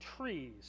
trees